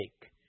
take